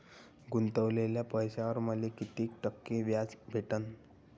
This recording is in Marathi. गुतवलेल्या पैशावर मले कितीक टक्के व्याज भेटन?